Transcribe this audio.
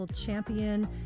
Champion